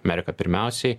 amerika pirmiausiai